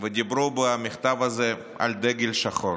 ודיברו במכתב הזה על דגל שחור.